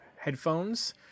headphones